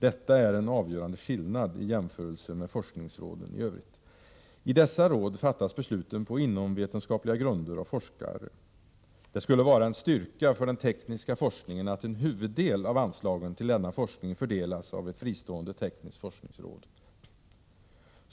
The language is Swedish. Detta är en avgörande skillnad i jämförelse med forskningsråden i övrigt. I dessa råd fattas besluten på inomvetenskapliga grunder av forskare. Det skulle vara en styrka för den tekniska forskningen att en huvuddel av anslagen till denna forskning fördelas av ett fristående tekniskt forskningsråd.